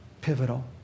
pivotal